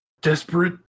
desperate